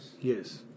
Yes